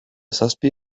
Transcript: zazpi